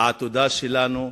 העתודה שלנו,